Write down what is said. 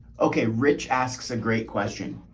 okay, rich asks a great question.